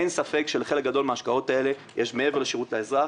אין ספק שלחלק גדול מהשקעות האלה יש מעבר לשירות לאזרח.